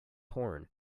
horn